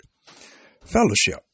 Fellowship